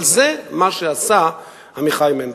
אבל זה מה שעשה אביחי מנדלבליט.